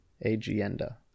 agenda